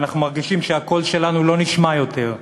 ואנחנו מרגישים שהקול שלנו לא נשמע יותר,